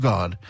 God